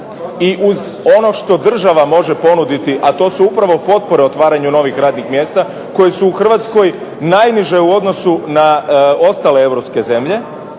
i uz ono što država može ponuditi, a to su upravo potpore otvaranju novih radnih mjesta koje su u Hrvatskoj najniže u odnosu na ostale europske zemlje.